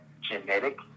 genetic